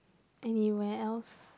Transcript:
anywhere else